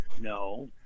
No